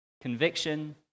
conviction